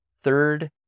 Third